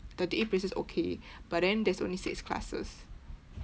thirty eight places okay but then there's only six classes